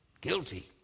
guilty